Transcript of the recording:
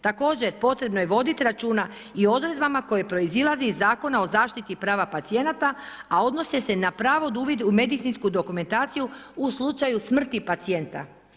Također, potrebno je voditi računa i o odredbama koje proizilaze iz Zakona o zaštiti prava pacijenata, a odnose se na pravo na uvid u medicinsku dokumentaciju u slučaju smrti pacijenta.